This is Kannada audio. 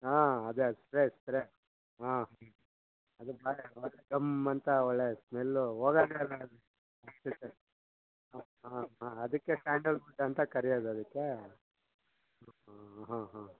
ಹಾಂ ಅದೇ ಸ್ಪ್ರೇ ಸ್ಪ್ರೇ ಹಾಂ ಅದೇ ಗಮ್ಮಂತ ಒಳ್ಳೆಯ ಸ್ಮೆಲ್ಲು ಹೋಗದೇ ಇಲ್ಲ ಅದು ಹಾಂ ಹಾಂ ಹಾಂ ಅದಕ್ಕೆ ಸ್ಯಾಂಡಲ್ವುಡ್ ಅಂತ ಕರೆಯೋದು ಅದಕ್ಕೆ ಹಾಂ ಹಾಂ ಹಾಂ